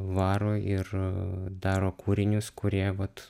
varo ir daro kūrinius kurie vat